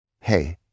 Hey